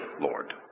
Lord